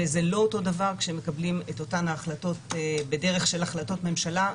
וזה לא אותו דבר כשמקבלים את אותן ההחלטות בדרך של החלטות ממשלה.